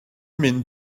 mynd